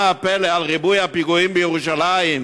מה הפלא על ריבוי הפיגועים בירושלים?